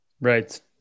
Right